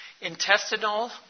Intestinal